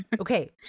Okay